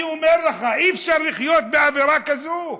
אני אומר לך, אי-אפשר לחיות באווירה כזאת.